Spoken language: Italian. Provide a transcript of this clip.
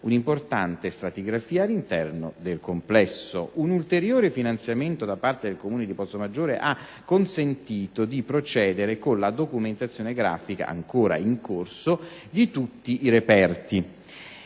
un'importante stratigrafia all'interno del complesso. Un ulteriore finanziamento da parte del Comune di Pozzomaggiore ha consentito di procedere con la documentazione grafica, ancora in corso, di tutti i reperti.